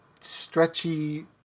stretchy